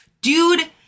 Dude